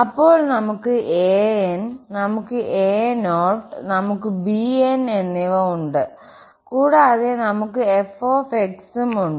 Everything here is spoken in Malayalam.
അപ്പോൾ നമുക്ക് an നമുക്ക് a0 നമുക്ക് bn എന്നിവ ഉണ്ട് കൂടാതെ നമുക്ക് f ഉം ഉണ്ട്